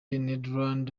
netherland